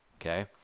Okay